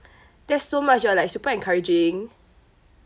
there's so much ah like super encouraging